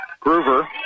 Groover